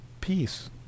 peace